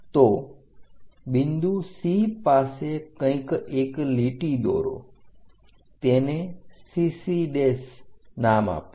તો બિંદુ C પાસે કંઈક એક લીટી દોરો તેને CC નામ આપો